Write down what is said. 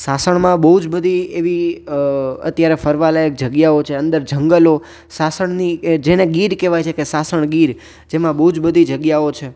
સાસણમાં બહુ જ બધી એવી અત્યારે ફરવાલાયક જગ્યાઓ છે અંદર જંગલો સાસણની કે જેને ગીર કહેવાય છે સાસણગીર જેમાં બહુ જ બધી જગ્યાઓ છે